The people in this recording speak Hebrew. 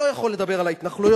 לא יכול לדבר על ההתנחלויות,